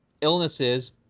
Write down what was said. illnesses